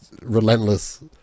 relentless